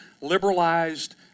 liberalized